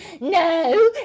no